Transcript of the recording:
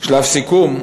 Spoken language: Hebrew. שלב סיכום?